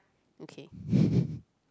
okay